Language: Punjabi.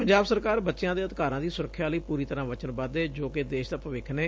ਪੰਜਾਬ ਸਰਕਾਰ ਬੱਚਿਆਂ ਦੇ ਅਧਿਕਾਰਾਂ ਦੀ ਸੁਰੱਖਿਆ ਲਈ ਪੂਰੀ ਤਰੁਾਂ ਵਚਨਬੱਧ ਏ ਜੋ ਕਿ ਦੇਸ਼ ਦਾ ਭਵਿੱਖ ਨੇ